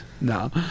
No